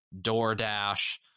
DoorDash